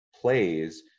plays